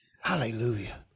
Hallelujah